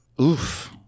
Oof